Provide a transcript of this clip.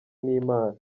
n’imana